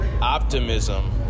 optimism